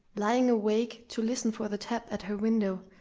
lying awake to listen for the tap at her window,